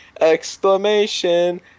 Exclamation